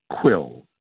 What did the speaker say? Quill